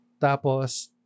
Tapos